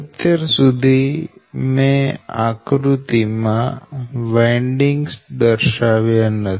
અત્યાર સુધી મેં આકૃતિ માં વાઈન્ડિંગ્સ દર્શાવ્યા નથી